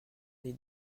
les